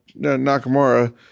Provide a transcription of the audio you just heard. Nakamura